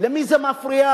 למי זה מפריע?